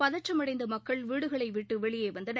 பதற்றம் அடைந்தமக்கள் வீடுகளைவிட்டுவெளியேவந்தனர்